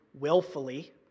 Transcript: willfully